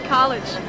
College